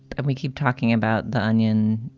and we keep talking about the onion,